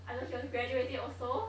I don't know he was graduating also